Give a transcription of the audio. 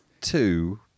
Two